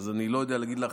אז אני לא יודע להגיד לך.